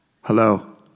Hello